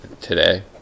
today